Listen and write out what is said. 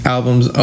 albums